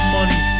money